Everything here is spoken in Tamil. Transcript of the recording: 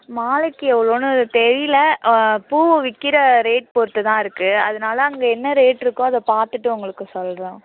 மாலைக்கு எவ்வளோன்னு தெரியல பூ விற்கிற ரேட் பொறுத்து தான் இருக்குது அதனால அங்கே என்ன ரேட்டிருக்கோ அதை பார்த்துட்டு உங்களுக்கு சொல்கிறோம்